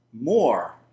more